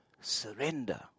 surrender